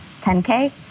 10K